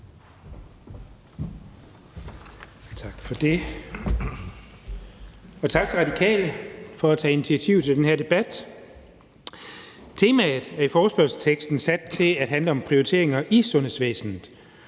Tak for det, og tak til Radikale for at tage initiativ til den her debat. Temaet i forespørgselsteksten handler om prioriteter i sundhedsvæsenet,